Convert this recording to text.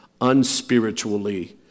unspiritually